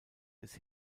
des